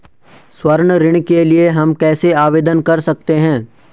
स्वर्ण ऋण के लिए हम कैसे आवेदन कर सकते हैं?